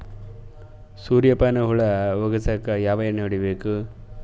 ಸುರ್ಯಪಾನ ಹುಳ ಹೊಗಸಕ ಯಾವ ಎಣ್ಣೆ ಹೊಡಿಬೇಕು?